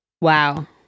wow